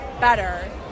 better